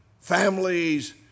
families